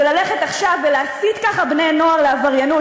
וללכת עכשיו ולהסית ככה בני-נוער לעבריינות,